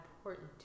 important